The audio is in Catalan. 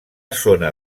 zona